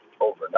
overnight